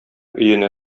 өенә